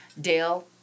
Dale